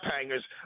hangers